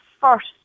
first